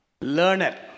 learner